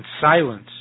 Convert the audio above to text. silence